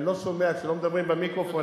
אני לא שומע כשלא מדברים במיקרופון.